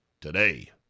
today